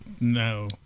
No